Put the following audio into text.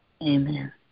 Amen